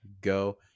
go